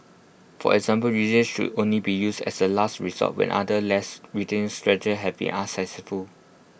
for example restraints should only be used as A last resort when other less restrict strategies have been unsuccessful